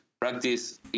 practice